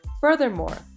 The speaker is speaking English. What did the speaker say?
Furthermore